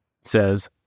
says